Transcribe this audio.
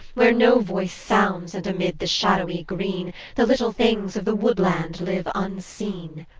where no voice sounds, and amid the shadowy green the little things of the woodland live unseen.